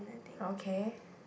okay